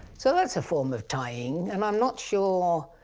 so that's a form of tying and i'm not sure